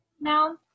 Now